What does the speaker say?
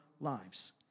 lives